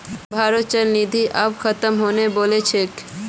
सबहारो चल निधि आब ख़तम होने बला छोक